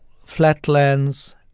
flatlands